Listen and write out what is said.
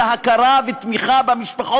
אני לא חושב שאתה יהודי יותר ממני ואני יהודי פחות ממך.